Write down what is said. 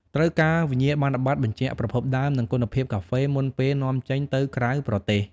ត្រូវការវិញ្ញាបនបត្របញ្ជាក់ប្រភពដើម និងគុណភាពកាហ្វេ មុនពេលនាំចេញទៅក្រៅប្រទេស។